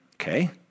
Okay